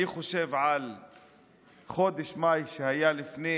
אני חושב על חודש מאי שהיה לפני